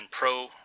pro